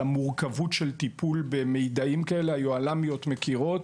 למורכבות של טיפול במידע כזה היוהל"מיות מכירות,